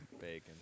bacon